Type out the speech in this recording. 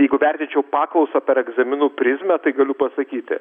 jeigu vertinčiau paklausą per egzaminų prizmę tai galiu pasakyti